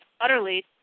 utterly